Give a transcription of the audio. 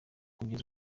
kugeza